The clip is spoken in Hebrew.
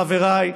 חבריי,